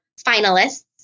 finalists